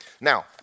Now